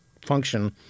function